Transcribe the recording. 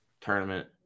tournament